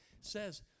says